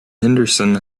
henderson